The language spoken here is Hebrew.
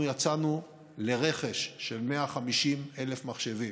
אנחנו יצאנו לרכש של 150,000 מחשבים,